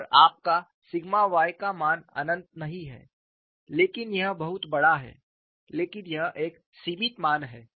और आपका sigma y का मान अनंत नहीं है लेकिन यह बहुत बड़ा है लेकिन यह एक सीमित मान है